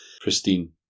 pristine